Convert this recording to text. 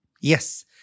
Yes